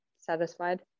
Satisfied